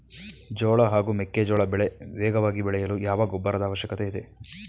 ಜೋಳ ಹಾಗೂ ಮೆಕ್ಕೆಜೋಳ ಬೆಳೆ ವೇಗವಾಗಿ ಬೆಳೆಯಲು ಯಾವ ಗೊಬ್ಬರದ ಅವಶ್ಯಕತೆ ಇದೆ?